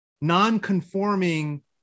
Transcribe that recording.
non-conforming